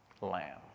Lamb